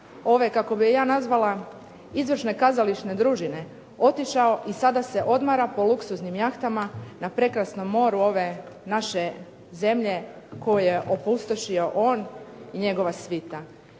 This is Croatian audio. ove, kako bi je ja nazvala izvršne kazališne družine otišao i sada se odmara po luksuznim jahtama na prekrasnom moru ove naše zemlje koju je opustošio on i njegova svita.